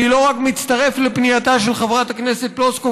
אני לא רק מצטרף לפנייתה של חברת הכנסת פלוסקוב